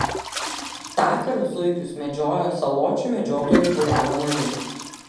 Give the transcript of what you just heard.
tąkart zuikius medžiojo saločių medžiotojų būrelio nariai